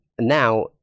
now